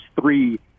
three